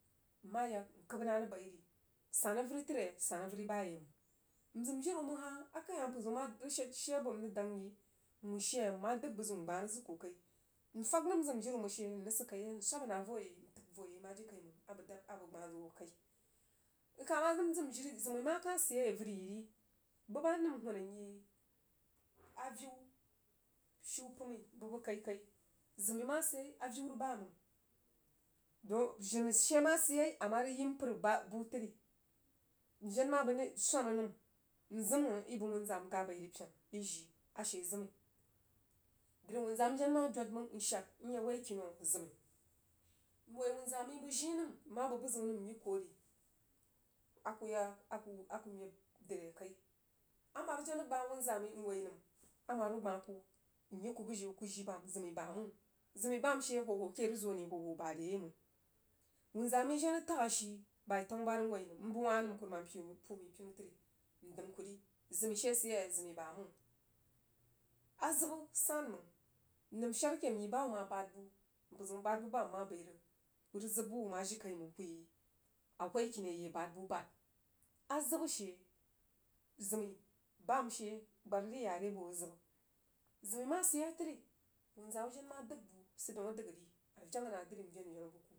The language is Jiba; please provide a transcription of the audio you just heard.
M ma ya n kəb na rəg bai ri san avəri təria? San avəri avəri bam n zim jiri akəinhah mpərzəu ma rig shad she bo n rig deng yi wuh she mma dəg bəg zəum gbah rəg zəg ko kai m fas nəm m zim jiri wuh məng she n rəg sik kai yein rəg swab nah voye, n təg vo yeima jiri kaiməng a bəg gbah zig wo kai bəg kah nəmma zim jiri məi zim ma nəm sid yei avəri yiri bu ba a nəm hun n yi aviu, shiy pəmi bəg bəg kai kai zimima sid yei aviu rəg ba məng zim she ma sid ye ama rəgyimpər bu təri nəen ma bəg swana n zima i bəg wunzaa məi gab bai ri pena i jii a she zimi dri wunza nəi jen ma dod məng n shad ye woi kinan, zim'i i woi wunzan məi bəg gim nəm mma bəg bəzəun nəm n yi kari aku yak a ku aku meb dri akai. Amaru jen rəg gbah wunza məi n woi nəm amam rəg gbah ku nyig ku budin ku jin bam zimi ba məng. Zimi, bam she hwohwo ke rəg zo ane hwohwo bare yei məng wunzaa məi jen rəg tag ashi bai tanu borin woi nəm n bəg wah nəm kirumam puu məi pinu təri n dəm kuri zim'i she sid yei zim'i ba məng azib san məng n nəm shad ake n yiba hubma bad bu mpər zəu bad bu bam mma bəi rəg ku rəg sib wu ma jiri kai məng kuyi who, kini ayi bad bu bad azib she zim'i, bam she gadri yare bo azib zim'i ma sid yei təri wanza wu jen ma dəg bu sid daun a dəgri nən vena nah dri n venvenu bəg ku.